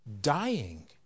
dying